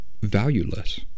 valueless